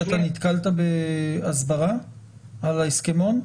אתה נתקלת בהסברה על ההסכמון?